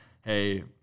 hey